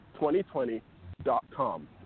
2020.com